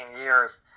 years